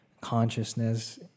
consciousness